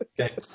Okay